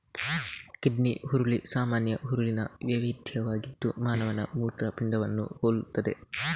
kidney ಹುರುಳಿ ಸಾಮಾನ್ಯ ಹುರುಳಿನ ವೈವಿಧ್ಯವಾಗಿದ್ದು ಮಾನವನ ಮೂತ್ರಪಿಂಡವನ್ನು ಹೋಲುತ್ತದೆ